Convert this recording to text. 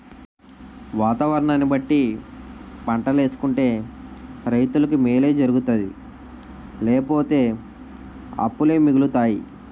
వాతావరణాన్ని బట్టి పంటలేసుకుంటే రైతులకి మేలు జరుగుతాది లేపోతే అప్పులే మిగులుతాయి